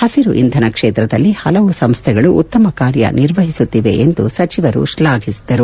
ಹಸಿರು ಇಂಧನ ಕ್ಷೇತ್ರದಲ್ಲಿ ಪಲವು ಸಂಸ್ವೆಗಳು ಉತ್ತಮ ಕಾರ್ಯ ನಿರ್ವಹಿಸುತ್ತಿವೆ ಎಂದು ಸಚಿವರು ಶ್ಲಾಘಿಸಿದರು